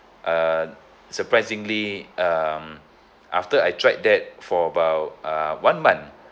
uh surprisingly um after I tried that for about uh one month